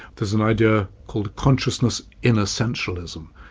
there's an idea called consciousness inessentialism,